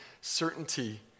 certainty